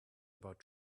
about